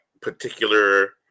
particular